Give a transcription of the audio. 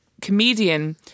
comedian